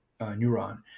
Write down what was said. neuron